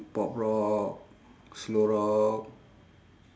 pop rock slow rock